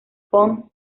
fun